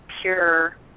pure